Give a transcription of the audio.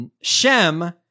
Shem